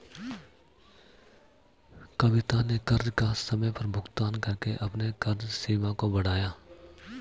कविता ने कर्ज का समय पर भुगतान करके अपने कर्ज सीमा को बढ़ाया